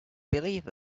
believe